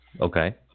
Okay